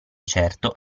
certo